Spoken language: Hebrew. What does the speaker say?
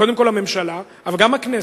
קודם כול הממשלה, אבל גם הכנסת.